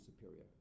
superior